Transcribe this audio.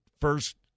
first